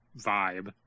vibe